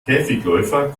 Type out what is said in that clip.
käfigläufer